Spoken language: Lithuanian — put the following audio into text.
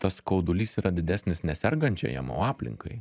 tas skaudulys yra didesnis ne sergančiajam o aplinkai